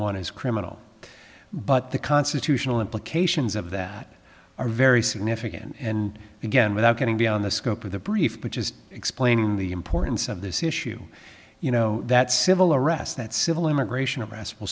one is criminal but the constitutional implications of that are very significant and again without getting beyond the scope of the brief but just explaining the importance of this issue you know that civil arrest that civil immigration of mass will